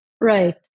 Right